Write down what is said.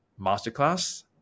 masterclass